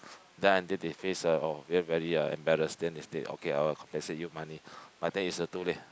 then until they face uh orh then very uh embarrassed then they state okay I will compensate you money but that is uh too late